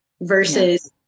versus